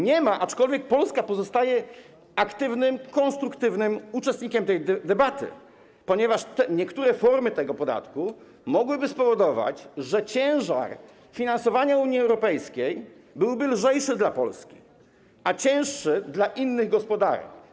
Nie ma, aczkolwiek Polska pozostaje aktywnym, konstruktywnym uczestnikiem tej debaty, ponieważ niektóre formy tego podatku mogłyby spowodować, że ciężar finansowania Unii Europejskiej byłby lżejszy dla Polski, a cięższy dla innych gospodarek.